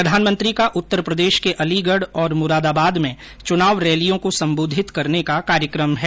प्रधानमंत्री का उत्तर प्रदेश के अलीगढ़ और मुरादाबाद में चुनाव रैलियों को संबोधित करने का कार्यक्रम है